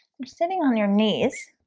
i'm sitting on your knees